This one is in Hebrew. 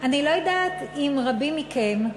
אני לא יודעת אם רבים מכם,